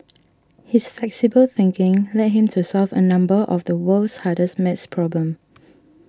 his flexible thinking led him to solve a number of the world's hardest math problems